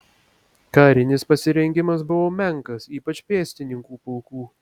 karinis pasirengimas buvo menkas ypač pėstininkų pulkų